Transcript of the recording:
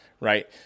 Right